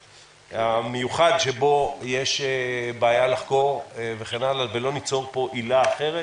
המיוחד שבו יש בעיה לחקור ולא ניצור פה עילה אחרת.